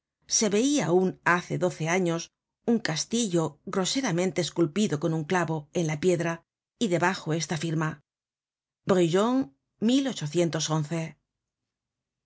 se veia aun hace doce años un castillo groseramente esculpido con un clavo en la piedra y debajo esta firma brujon